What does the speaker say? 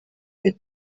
iyo